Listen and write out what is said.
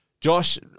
Josh